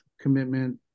commitment